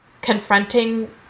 confronting